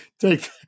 Take